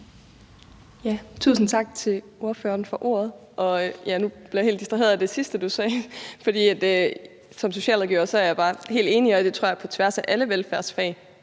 Tusind tak til ordføreren for talen. Nu blev jeg helt distraheret af det sidste, du sagde, for som socialrådgiver er jeg bare helt enig, og jeg tror, det går på tværs af alle velfærdsfag,